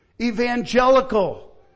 evangelical